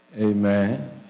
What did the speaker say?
Amen